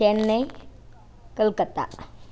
Chennai Calcutta